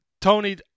Tony